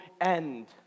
end